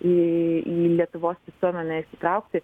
į į lietuvos visuomenę įsitraukti